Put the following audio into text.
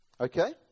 Okay